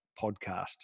Podcast